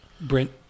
Brent